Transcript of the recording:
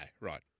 right